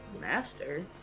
Master